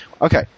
Okay